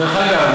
דרך אגב,